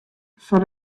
fan